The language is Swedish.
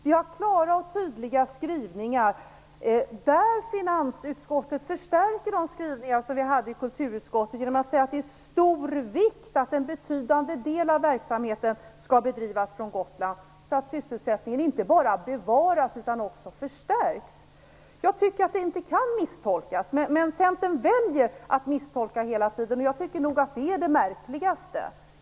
Vi har klara och tydliga skrivningar där finansutskottet förstärker kulturutskottets skrivningar genom att skriva att det är av stor vikt att en betydande del av verksamheten skall bedrivas från Gotland. På så sätt skall sysselsättningen inte bara bevaras utan också förstärkas. Jag tycker inte att detta kan misstolkas. Men Centerpartiet väljer att misstolka hela tiden, och jag tycker nog att det är det märkligaste.